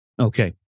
Okay